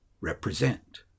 represent